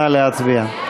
נא להצביע.